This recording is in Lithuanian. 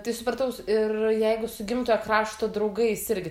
tai suprataus ir jeigu su gimtojo krašto draugais irgi tas